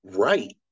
right